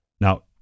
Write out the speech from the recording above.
Now